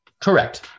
Correct